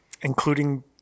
including